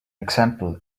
example